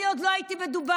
אני עוד לא הייתי בדובאי.